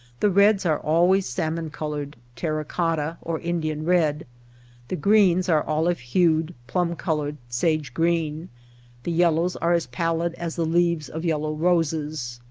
the reds are always salmon-colored, terra-cotta, or indian red the greens are olive-hued, plum-colored, sage-green the yellows are as pallid as the leaves of yellow roses.